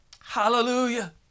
Hallelujah